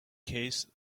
case